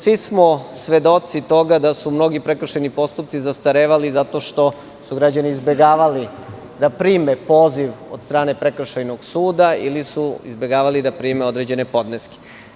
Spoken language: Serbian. Svi smo svedoci toga da su mnogi prekršajni postupci zastarevali zato što su građani izbegavali da prime poziv od strane prekršajnog suda ili su izbegavali da prime određene podneske.